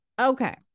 Okay